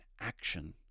action